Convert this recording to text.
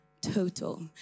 total